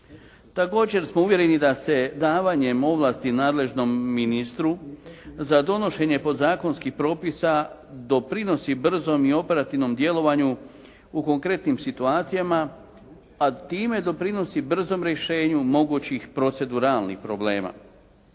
Također smo uvjereni da se davanjem ovlasti nadležnom ministru za donošenje podzakonskih propisa doprinosi brzom i operativnom djelovanju u konkretnim situacijama, a time doprinosi brzom rješenju mogućih proceduralnih problema.